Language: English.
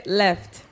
left